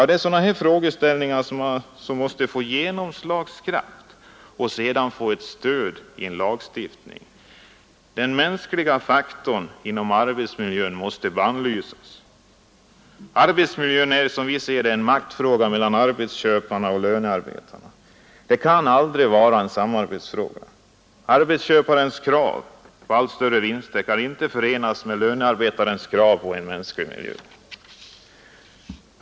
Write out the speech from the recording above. Det är sådana här frågeställningar som måste få genomslagskraft och sedan få stöd i en lagstiftning. Den mänskliga faktorn inom arbetsmiljön måste bannlysas. Arbetsmiljön är som vi ser det en maktfråga mellan arbetsköparna och lönearbetarna, den kan aldrig vara en samarbetsfråga. Arbetsköparens krav på allt större vinster kan inte förenas med lönearbetarens krav på en mänsklig miljö.